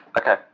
Okay